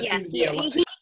Yes